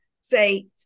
say